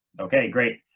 okay, great.